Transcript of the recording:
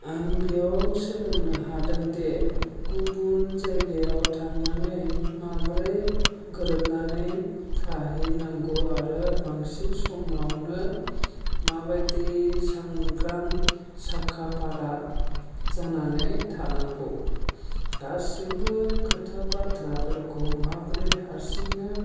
आं बेयाव सोलोंनो हादों दे गुबुन जायगायाव थांनानै माब्रै गोरोबनानै थाहैनांगौ आरो बांसिन समावनो माबादि सांग्रां साखाफारा जानानै थानांगौ गासिबो खोथा बाथ्राफोरखौ माब्रै हारसिंनो